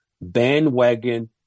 bandwagon